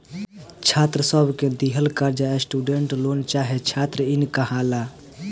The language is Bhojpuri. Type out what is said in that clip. छात्र सब के दिहल कर्जा स्टूडेंट लोन चाहे छात्र इन कहाला